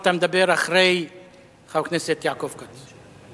אתה מדבר אחרי חבר הכנסת יעקב כץ.